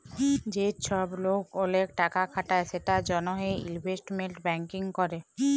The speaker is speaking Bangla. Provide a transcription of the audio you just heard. যে চ্ছব লোক ওলেক টাকা খাটায় সেটার জনহে ইলভেস্টমেন্ট ব্যাঙ্কিং ক্যরে